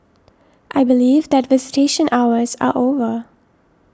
I believe that visitation hours are over